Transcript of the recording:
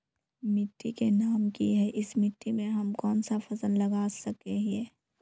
मिट्टी के नाम की है इस मिट्टी में हम कोन सा फसल लगा सके हिय?